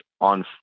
on